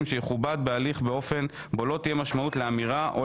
שיכובד בהליך באופן בו לא תהיה משמעות לאמירה או